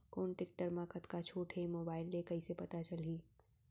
कोन टेकटर म कतका छूट हे, मोबाईल ले कइसे पता चलही?